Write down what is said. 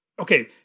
Okay